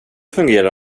fungera